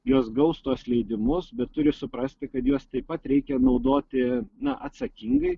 jos gaus tuos leidimus bet turi suprasti kad juos taip pat reikia naudoti na atsakingai